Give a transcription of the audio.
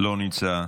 לא נמצא.